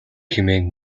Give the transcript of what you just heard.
хэмээн